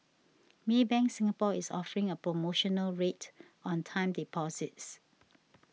Maybank Singapore is offering a promotional rate on time deposits